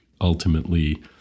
ultimately